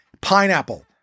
Pineapple